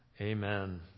Amen